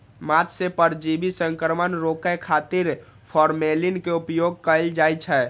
माछ मे परजीवी संक्रमण रोकै खातिर फॉर्मेलिन के उपयोग कैल जाइ छै